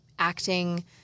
acting